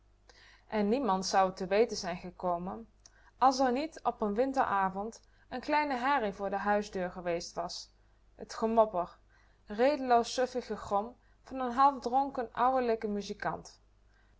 en niemand zou t te weten zijn gekomen als r niet op n winteravond n kleine herrie voor de huisdeur geweest was t gemopper redeloos suffig gegrom van n half dronken ouwelijken muzikant